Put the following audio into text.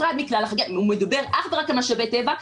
הוא מדבר אך ורק על משאבי טבע,